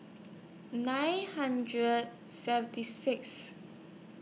nine hundred seventy Sixth